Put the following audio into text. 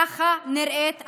כך נראית אפליה.